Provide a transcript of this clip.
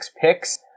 picks